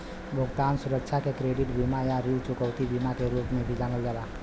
भुगतान सुरक्षा बीमा के क्रेडिट बीमा या ऋण चुकौती बीमा के रूप में भी जानल जाला